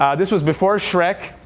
um this was before shrek,